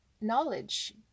Knowledge